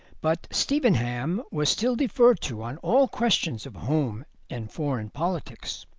but stevenham was still deferred to on all questions of home and foreign politics.